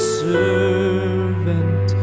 servant